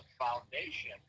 foundation